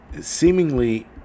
seemingly